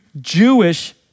Jewish